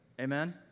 Amen